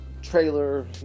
trailer